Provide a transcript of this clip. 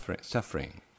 suffering